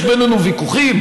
יש בינינו ויכוחים.